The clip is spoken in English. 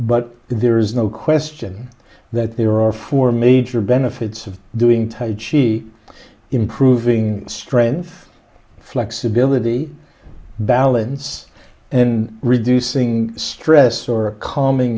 but there is no question that there are four major benefits of doing tai ji improving strength flexibility balance and reducing stress or calming